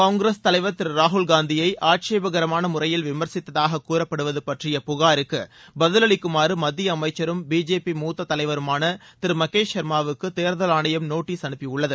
காங்கிரஸ் தலைவர் திரு ராகுல் காந்தியை ஆட்சேபகரமான முறையில் விமர்சித்ததாக கூறப்படுவது பற்றிய புகாருக்கு பதிலளிக்குமாறு மத்திய அமைச்சரும் பிஜேபி மூத்த தலைவருமான திரு மகேஷ் சா்மாவுக்கு தேர்தல் ஆணையம் நோட்டீஸ் அனுப்பியுள்ளது